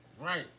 Right